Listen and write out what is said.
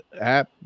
app